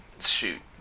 Shoot